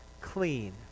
clean